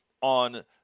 on